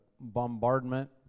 bombardment